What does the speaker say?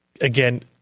Again